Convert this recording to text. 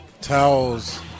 Towels